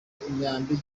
imyambi